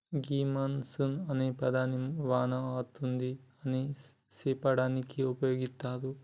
గీ monsoon అనే పదాన్ని వాన అతుంది అని సెప్పడానికి ఉపయోగిత్తారు